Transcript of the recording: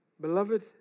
Beloved